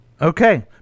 Okay